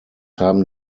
haben